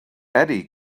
eddy